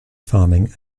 farming